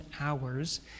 hours